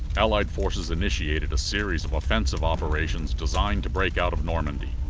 allied forces initiated a series of offensive operations designed to break out of normandy.